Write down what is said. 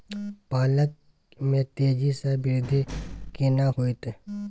पालक में तेजी स वृद्धि केना होयत?